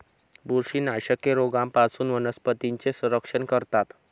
बुरशीनाशके रोगांपासून वनस्पतींचे संरक्षण करतात